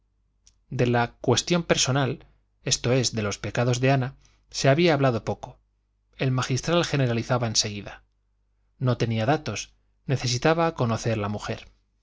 de la cuestión personal esto es de los pecados de ana se había hablado poco el magistral generalizaba en seguida no tenía datos necesitaba conocer la mujer